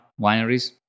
wineries